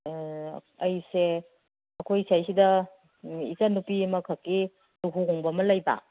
ꯑꯩꯁꯦ ꯑꯩꯈꯣꯏꯁꯤꯗꯩꯗ ꯏꯆꯟꯅꯨꯄꯤ ꯑꯃꯈꯛꯀꯤ ꯂꯨꯍꯣꯡꯕ ꯑꯃ ꯂꯩꯕ